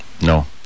No